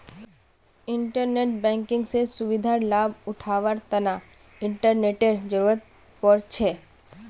internet banking स सुविधार लाभ उठावार तना इंटरनेटेर जरुरत पोर छे